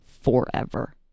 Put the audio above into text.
forever